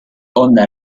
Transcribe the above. onda